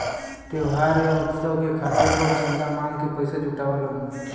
त्योहार या उत्सव के खातिर लोग चंदा मांग के पइसा जुटावलन